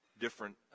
different